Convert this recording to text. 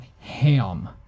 ham